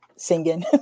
Singing